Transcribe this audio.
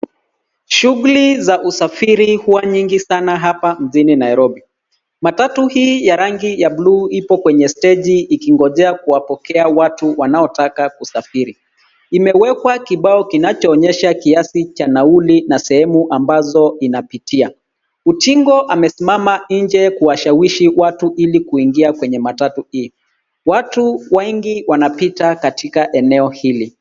Shughuli za usafiri huwa nyingi sana hapa mjini Nairobi. Matatu hii ya rangi ya blue ipo kwenye steji ikingojea kuwapokea watu wanaotaka kusafiri. Imewekwa kibao kinachoonyesha kiasi cha nauli na sehemu ambazo inapitia. Utingo amesimama nje kuwashawishi watu ili kuingia kwenye matatu hii. Watu wengi wanapita katika eneo hili.